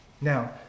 Now